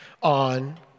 on